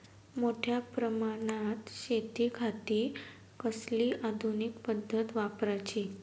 मोठ्या प्रमानात शेतिखाती कसली आधूनिक पद्धत वापराची?